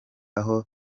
aho